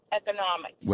economic